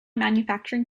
manufacturing